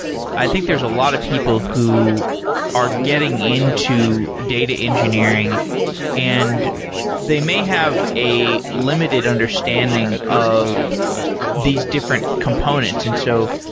i think there're a lot of people who are getting into data engineering and they may have a limited understanding of these different components. and so,